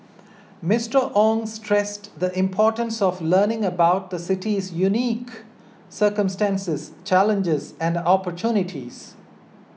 Mister Ong stressed the importance of learning about the city's unique circumstances challenges and opportunities